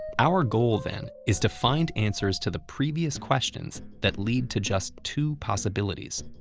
our goal, then, is to find answers to the previous questions that lead to just two possibilities.